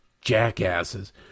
jackasses